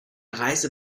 reise